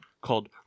called